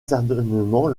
certainement